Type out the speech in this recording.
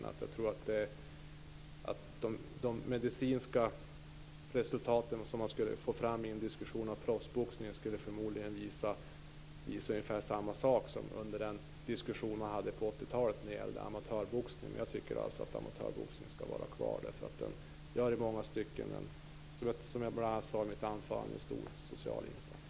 Jag tror att de medicinska resultat som man skulle få fram i en diskussion om proffsboxningen förmodligen skulle visa ungefär samma sak som under den diskussion man hade på 80-talet om amatörboxningen. Jag tycker alltså att amatörboxningen skall vara kvar, därför att den gör i många stycken en stor social insats, som jag sade i mitt anförande.